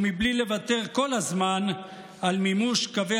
ובלי לוותר כל הזמן על מימוש קווי